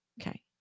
Okay